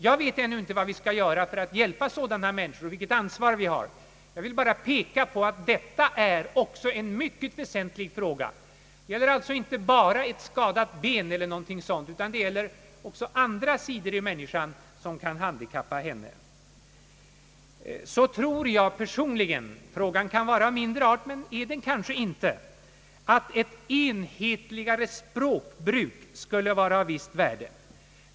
Jag vet ännu inte vad vi skall göra för att hjälpa sådana människor och vilket ansvar vi har — jag vill bara peka på att också detta är en mycket väsentlig fråga. Det gäller alltså inte bara ett skadat ben eller någonting sådant — också andra sidor hos en människa kan göra henne till handikappad. Så tror jag personligen — frågan kan vara av mindre betydelsefull art men är det kanske inte — att ett enhetligare språkbruk skulle ha visst värde.